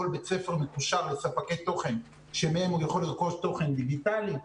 כל בית ספר מקושר לספקי תוכן שמהם הוא יכול לרכוש תוכן דיגיטלי.